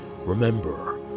remember